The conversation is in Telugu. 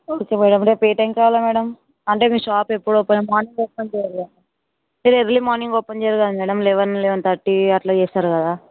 స్కూల్కి పోయేముందు రేపు ఏ టైమ్కి కావాలి మ్యాడమ్ అంటే మీ షాప్ ఎప్పుడు ఓపెన్ మార్నింగ్ ఓపెన్ చేయరు కదా మీరు ఎర్లీ మార్నింగ్ ఓపెన్ చేయరు కదా మ్యాడమ్ లెవెన్ లెవెన్ థర్టీ అట్ల చేస్తారు కదా